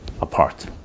apart